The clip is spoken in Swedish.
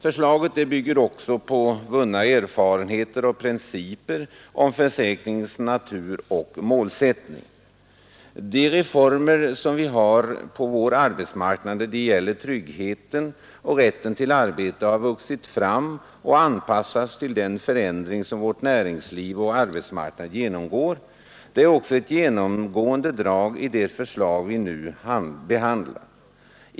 Förslaget bygger också på vunna erfarenheter och principer om försäkringens natur och målsättning. De reformer som vi har genomfört på vår arbetsmarknad när det gäller tryggheten och rätten till arbete har vuxit fram och anpassats till den förändring som vårt näringsliv och vår arbetsmarknad genomgår. Detta är också ett genomgående drag i det förslag vi nu behandlar.